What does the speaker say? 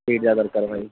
ଦୁଇଟା ଦରକାର ଭାଇ